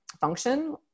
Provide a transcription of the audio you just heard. function